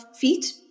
feet